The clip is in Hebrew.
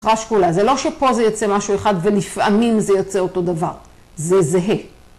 זה לא שפה זה יצא משהו אחד ולפעמים זה יצא אותו דבר. זה זהה.